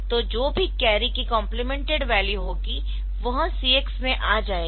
तो जो भी कैरी की कम्प्लीमेंटेड वैल्यू होगी वह CF में आ जाएगी